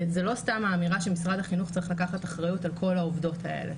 זו לא סתם האמירה שמשרד החינוך צריך לקחת אחריות על כל העובדות האלה.